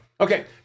Okay